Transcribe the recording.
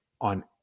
on